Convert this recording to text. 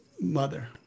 mother